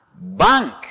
bank